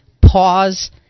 Pause